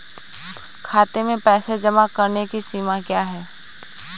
खाते में पैसे जमा करने की सीमा क्या है?